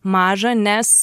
maža nes